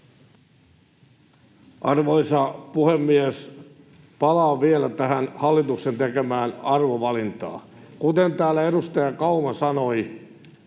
Arvoisa puhemies! Palaan vielä tähän hallituksen tekemään arvovalintaan. Kuten täällä edustaja Kauma sanoi,